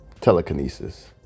telekinesis